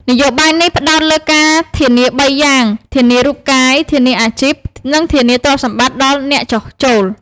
នយោបាយនេះផ្ដោតលើការធានាបីយ៉ាង៖ ធានារូបកាយ ធានាអាជីព និងធានាទ្រព្យសម្បត្តិដល់អ្នកចុះចូល។